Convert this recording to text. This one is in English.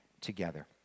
together